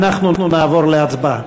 אנחנו נעבור להצבעה.